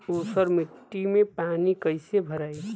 ऊसर मिट्टी में पानी कईसे भराई?